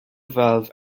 valve